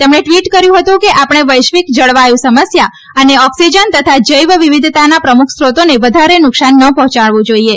તેમણે ટ્વીટ કર્યું હતું કે આપણે વૈશ્વિક જળવાયુ સમસ્યા અને ઓક્સિજન તથા જૈવ વિવિધતાના પ્રમુખ સ્ત્રોતોને વધારે નુકશાન ન પહોંચાડવું જોઇએ